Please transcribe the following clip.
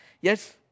Yes